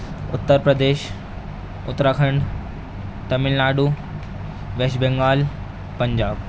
Uttar Pradesh Uttarakhand Tamil Nadu West Bengal Punjab